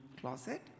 closet